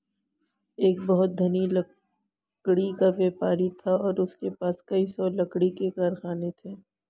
एक बहुत धनी लकड़ी का व्यापारी था और उसके पास कई सौ लकड़ी के कारखाने थे